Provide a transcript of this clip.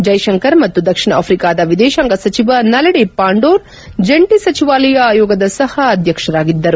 ಜ್ಟೆಶಂಕರ್ ಮತ್ತು ದಕ್ಷಿಣ ಆಫ್ರಿಕಾದ ವಿದೇಶಾಂಗ ಸಚಿವ ನಲೇದಿ ಪಾಂಡೋರ್ ಜಂಟಿ ಸಚಿವಾಲಯ ಆಯೋಗದ ಸಹ ಅಧ್ಯಕ್ಷರಾಗಿದ್ದರು